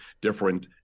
different